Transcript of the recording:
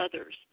others